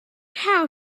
how